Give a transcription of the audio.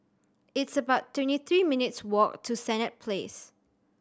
it's about twenty three minutes' walk to Senett Place